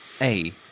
A-